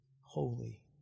holy